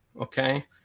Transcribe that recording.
okay